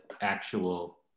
actual